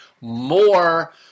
more